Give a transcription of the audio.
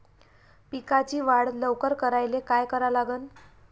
पिकाची वाढ लवकर करायले काय करा लागन?